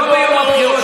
לא ביום הבחירות,